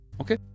Okay